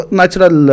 natural